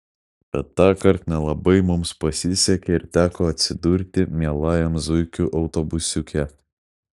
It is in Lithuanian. bet tąkart nelabai mums pasisekė ir teko atsidurti mielajam zuikių autobusiuke